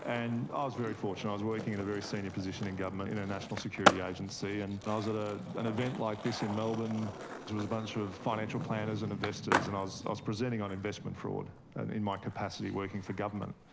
and i was very fortunate, i was working in a very senior position in government in a national security agency, and i was at ah an event like this in melbourne, it was a bunch of financial planners and investors and i was was presenting on investment fraud in my capacity of working for government.